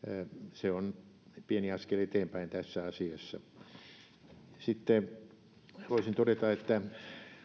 se on pieni askel eteenpäin tässä asiassa sitten voisin todeta että